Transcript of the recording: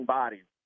bodies